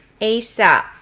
ASAP